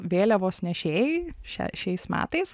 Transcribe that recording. vėliavos nešėjai šią šiais metais